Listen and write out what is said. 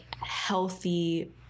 healthy